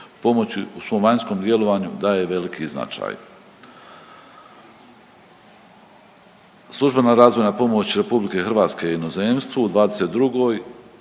pomoći u svom vanjskom djelovanju daje veliki značaj. Službena razvojna pomoć RH inozemstvu u '22.